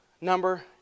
number